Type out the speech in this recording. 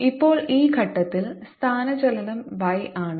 ഇപ്പോൾ ഈ ഘട്ടത്തിൽ സ്ഥാനചലനം y ആണ്